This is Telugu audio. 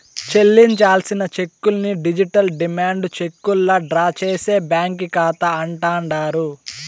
చెల్లించాల్సిన చెక్కుల్ని డిజిటల్ డిమాండు లెక్కల్లా డ్రా చేసే బ్యాంకీ కాతా అంటాండారు